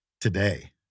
today